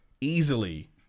easily